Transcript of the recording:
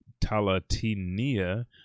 Talatinia